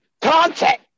contact